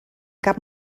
cap